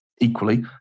Equally